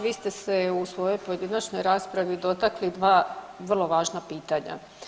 Vi ste se u svojoj pojedinačnoj raspravi dotakli dva vrlo važna pitanja.